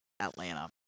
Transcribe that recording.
atlanta